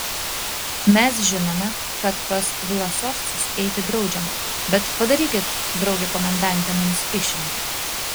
mes žinome kad pas vlasovcus eiti draudžiama bet padarykit drauge komendante mums išimtį